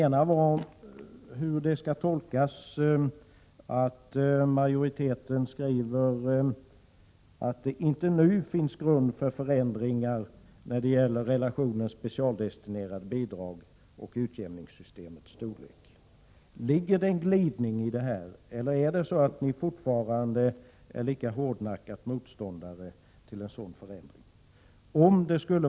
En fråga gällde hur man skall tolka majoritetens skrivning att det inte nu finns grund för förändringar i relationen mellan specialdestinerade bidrag och utjämningssystemets storlek. Innebär denna skrivning en glidning, eller motsätter ni er fortfarande lika hårdnackat en sådan förändring?